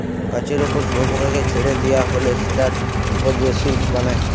গাছের উপর শুয়োপোকাকে ছেড়ে দিয়া হলে সেটার উপর সে সিল্ক বানায়